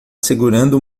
segurando